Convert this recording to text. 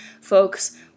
folks